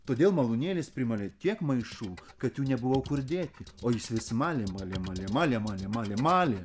todėl malūnėlis primalė tiek maišų kad jų nebuvo kur dėti o jis vis malė malė malė malė malė malė malė